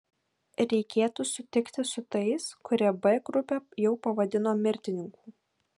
reikėtų sutikti su tais kurie b grupę jau pavadino mirtininkų